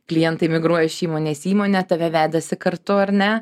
klientai migruoja iš įmonės į įmonę tave vedasi kartu ar ne